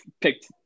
picked –